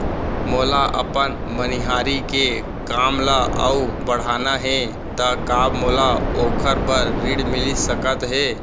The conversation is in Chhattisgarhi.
मोला अपन मनिहारी के काम ला अऊ बढ़ाना हे त का मोला ओखर बर ऋण मिलिस सकत हे?